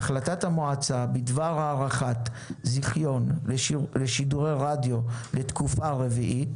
החלטת המועצה בדבר הארכת זיכיון לשידורי רדיו לתקופה רביעית